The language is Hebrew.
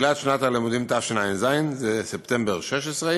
לתחילת שנת הלימודים תשע"ז, זה ספטמבר 2016,